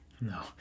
no